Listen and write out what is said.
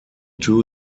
two